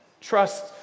Trust